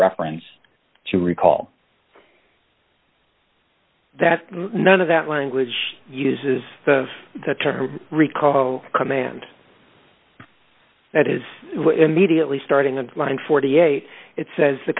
reference to recall that none of that language uses the term recall command that is immediately starting on line forty eight it says the